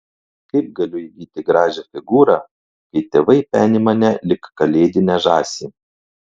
kaip galiu įgyti gražią figūrą kai tėvai peni mane lyg kalėdinę žąsį